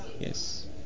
Yes